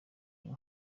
ngo